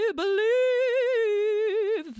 believe